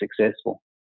successful